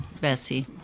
Betsy